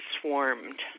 swarmed